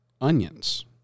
onions